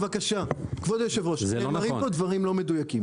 כבוד היושב-ראש, נאמרים פה דברים לא מדויקים.